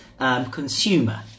Consumer